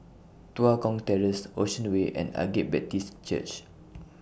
Tua Kong Terrace Ocean Way and Agape Baptist Church